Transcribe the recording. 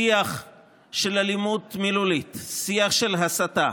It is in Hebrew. שיח של אלימות מילולית, שיח של הסתה,